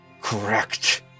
correct